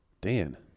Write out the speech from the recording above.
Dan